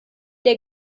der